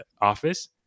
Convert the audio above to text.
office